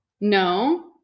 no